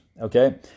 okay